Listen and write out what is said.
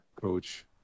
coach